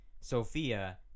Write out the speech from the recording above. Sophia